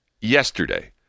yesterday